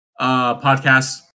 podcast